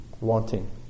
wanting